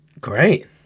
Great